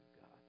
God